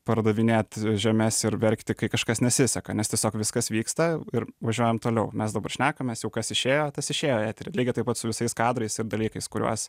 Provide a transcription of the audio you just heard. pardavinėt žemes ir verkti kai kažkas nesiseka nes tiesiog viskas vyksta ir važiuojam toliau mes dabar šnekamės jau kas išėjo tas išėjo į eterį lygiai taip pat su visais kadrais ir dalykais kuriuos